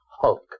hulk